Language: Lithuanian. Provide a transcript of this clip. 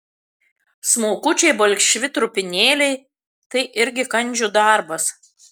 smulkučiai balkšvi trupinėliai tai irgi kandžių darbas